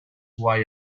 why